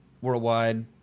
worldwide